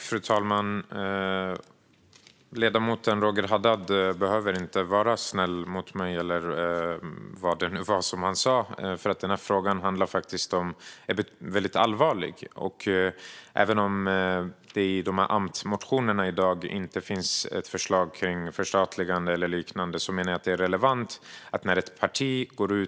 Fru talman! Ledamoten Roger Haddad behöver inte vara snäll mot mig. Den här frågan är allvarlig. Även om det inte finns något förslag om förstatligande eller liknande i motionerna från allmänna motionstiden menar jag att det är relevant.